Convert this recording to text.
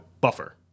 buffer